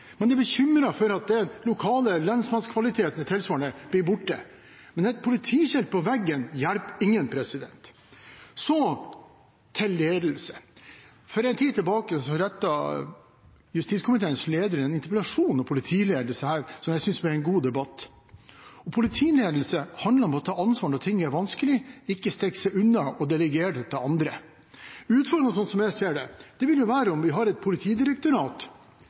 Men de er bekymret for at den tilsvarende lokale lensmannskvaliteten blir borte. Men et politiskilt på veggen hjelper ingen. Så til ledelse. For en tid tilbake hadde justiskomiteens leder en interpellasjon om politiledelse, og jeg synes det ble en god debatt. Politiledelse handler om å ta ansvar når ting er vanskelig, ikke stikke seg unna og delegere det til andre. Utfordringene, sånn som jeg ser det, vil jo være om vi har et politidirektorat